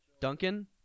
Duncan